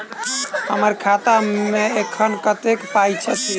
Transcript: हम्मर खाता मे एखन कतेक पाई अछि?